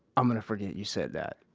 i'm gonna forget you said that.